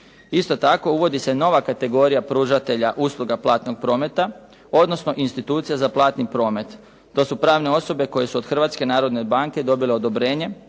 Isto tako uvodi se nova kategorija pružatelja usluga platnog prometa, odnosno institucija za Platni promet. To su pravne osobe koje su od Hrvatske narodne banke dobile odobrenje